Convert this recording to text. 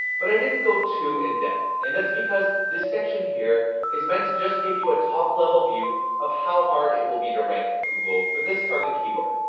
but i didn't go too in-depth. and that's because this section here is meant to just give you a top level view of how hard it will be to rank on google for this target keyword.